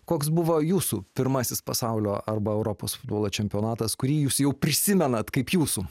koks buvo jūsų pirmasis pasaulio arba europos futbolo čempionatas kurį jūs jau prisimenate kaip jūsų